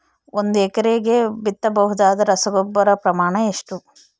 ಒಂದು ಎಕರೆಗೆ ಬಿತ್ತಬಹುದಾದ ರಸಗೊಬ್ಬರದ ಪ್ರಮಾಣ ಎಷ್ಟು?